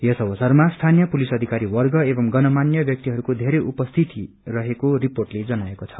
यस अवसरमा स्थानीय पुलिस अधिकारी वर्ग गण्य मान्य व्याक्तिहरूको धेरै उपस्थिति रहेको रिर्पोटले जनाएको छ